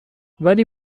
ولی